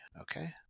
okay